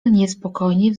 niespokojnie